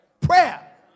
prayer